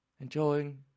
enjoying